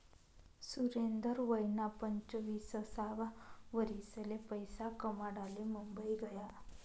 सुरेंदर वयना पंचवीससावा वरीसले पैसा कमाडाले मुंबई गया